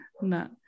no